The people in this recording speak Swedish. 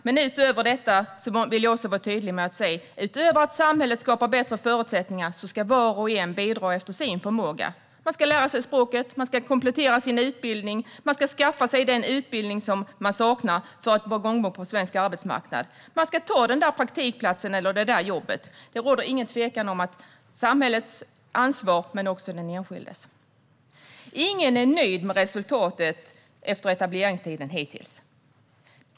Men jag vill också vara tydlig med att säga att utöver att samhället skapar bättre förutsättningar ska var och en bidra efter sin förmåga. Man ska lära sig språket, komplettera sin utbildning och skaffa sig den utbildning som man saknar för att vara gångbar på svensk arbetsmarknad. Man ska ta den där praktikplatsen eller det där jobbet. Det råder ingen tvekan om samhällets ansvar men också om den enskildes. Ingen är hittills nöjd med resultatet efter etableringstiden.